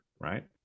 right